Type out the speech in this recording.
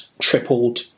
tripled